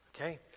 Okay